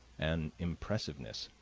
an impressiveness.